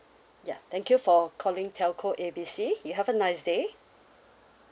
ya thank you for calling telco A B C you have a nice day